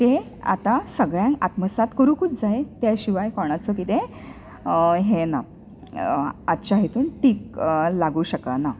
तें आतां सगळ्यांक आत्मसाद करूंकूच जाय तें शिवाय कोणाचो किदें हें ना आजच्या हेतून टीग लागू शकना